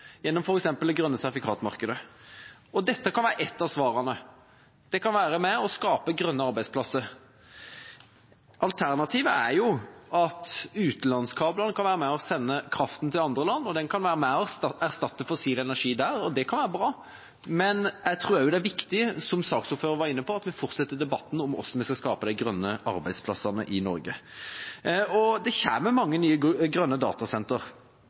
gjennom f.eks. grønt sertifikat-markedet? Dette kan være et av svarene og være med på å skape grønne arbeidsplasser. Alternativet er at utenlandskabler kan være med på å sende kraften til andre land og erstatte fossil energi der, og det kan være bra. Men jeg tror også det er viktig, som saksordføreren var inne på, at vi fortsetter debatten om hvordan vi skal skape de grønne arbeidsplassene i Norge. Det kommer mange nye grønne datasentre.